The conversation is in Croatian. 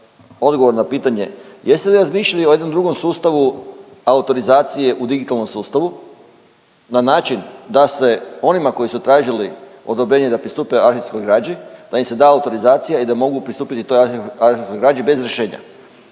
odgovor na pitanje jeste li razmišljali o jednom drugom sustavu autorizacije u digitalnom sustavu na način da se onima koji su tražili odobrenje da pristupe arhivskoj građi, da im se da autorizacija i da mogu pristupiti toj arhivskoj građi bez rješenja?